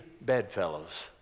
bedfellows